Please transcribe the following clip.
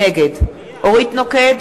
נגד אורית נוקד,